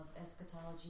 eschatology